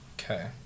Okay